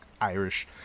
Irish